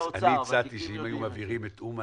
אני הצעתי שאם היו מעבירים את אומן